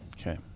Okay